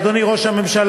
אדוני ראש הממשלה,